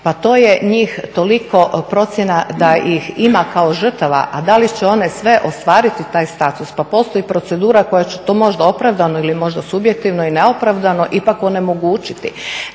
pa to je njih toliko procjena da ih ima kao žrtava a da li će one sve ostvariti taj status, pa postoji procedura koja će to možda opravdano ili možda subjektivno i neopravdano ipak onemogućiti.